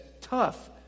tough